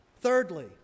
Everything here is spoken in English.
Thirdly